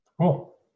Cool